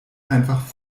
einfach